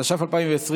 התש"ף 2020,